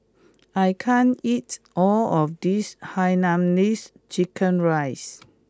I can't eat all of this Hainanese Chicken Rice